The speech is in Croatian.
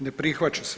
Ne prihvaća se.